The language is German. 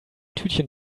tütchen